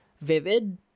vivid